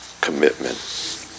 commitment